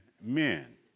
men